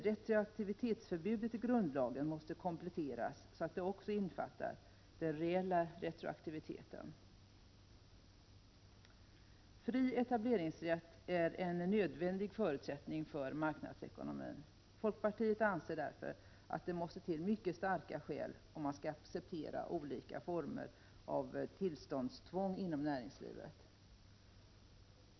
Retroaktivitetsförbudet i grundlagen måste kompletteras så att det också innefattar den reella retroaktiviteten. Fri etableringsrätt är en nödvändig förutsättning för marknadsekonomin. Folkpartiet anser därför att det måste till mycket starka skäl om man skall acceptera olika former av tillståndstvång inom näringslivet.